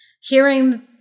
hearing